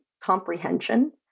comprehension